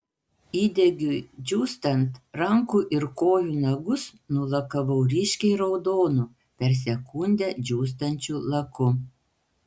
įdegiui džiūstant rankų ir kojų nagus nulakavau ryškiai raudonu per sekundę džiūstančių laku